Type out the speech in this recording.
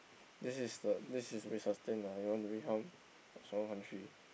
this is the this is we should sustained ah if you wanna become a strong country